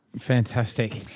Fantastic